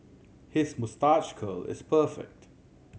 his moustache curl is perfect